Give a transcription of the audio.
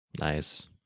Nice